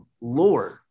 Lord